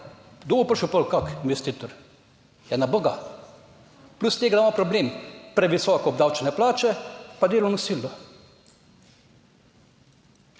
bo prišel pol kak investitor, ja ne bo ga, plus tega, da imamo problem previsoko obdavčene plače pa delovno silo.